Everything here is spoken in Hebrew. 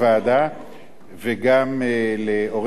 וגם לעורכת-הדין אפרת חקאק,